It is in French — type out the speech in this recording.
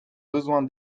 besoin